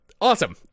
Awesome